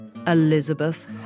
Elizabeth